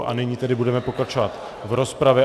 A nyní tedy budeme pokračovat v rozpravě.